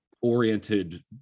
oriented